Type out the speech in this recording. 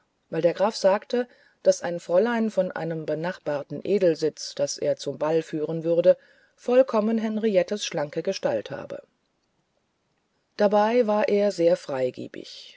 weil der graf sagte daß ein fräulein von einem benachbarten edelsitze das er zum ball führen würde vollkommen henriettens schlanke gestalt habe dabei war er sehr freigebig